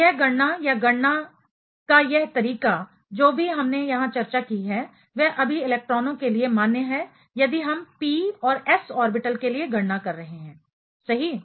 तो यह गणना या गणना का यह तरीका जो भी हमने यहां चर्चा की है वह अभी इलेक्ट्रॉनों के लिए मान्य है यदि हम p और s ऑर्बिटलस के लिए गणना कर रहे हैं सही